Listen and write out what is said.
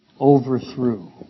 Overthrew